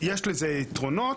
יש לזה יתרונות,